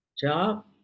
job